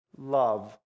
love